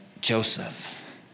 Joseph